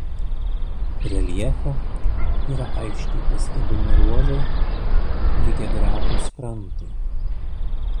reljefe yra aiškiai pastebimi ruožai lygiagretūs krantui